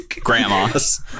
grandmas